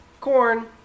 Corn